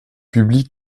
publie